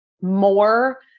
more